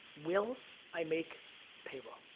will i make payroll?